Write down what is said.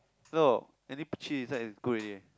so adding cheese inside is good already eh